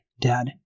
dad